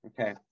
okay